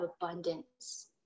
abundance